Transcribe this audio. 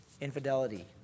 Infidelity